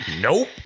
Nope